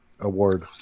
award